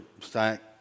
stack